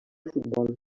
futbol